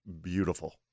beautiful